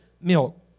milk